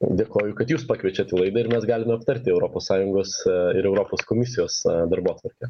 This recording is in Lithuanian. dėkoju kad jūs pakviečiat į laidą ir mes galim aptarti europos sąjungos ir europos komisijos darbotvarkę